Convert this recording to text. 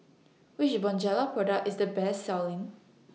Which Bonjela Product IS The Best Selling